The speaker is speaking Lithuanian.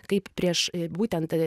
kaip prieš būtent